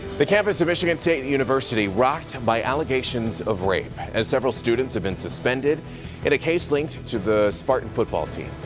the campus of michigan state university rocked by allegations of rape as several students have been suspended in a case linked to the spartan football team.